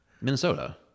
Minnesota